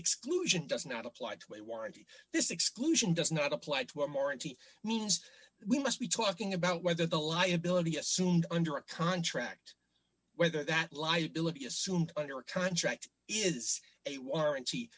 exclusion does not apply to a warranty this exclusion does not apply to a more and t means we must be talking about whether the liability assumed under a contract whether that liability assumed under contract is a warranty